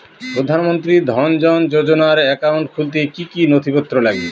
প্রধানমন্ত্রী জন ধন যোজনার একাউন্ট খুলতে কি কি নথিপত্র লাগবে?